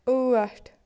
ٲٹھ